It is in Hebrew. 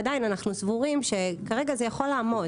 עדיין אנחנו סבורים שכרגע זה יכול לעמוד.